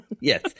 Yes